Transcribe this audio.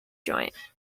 joint